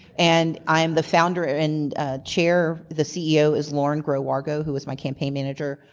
and i'm the founder and ah chair. the ceo is lauren grow argo who was my campaign manager.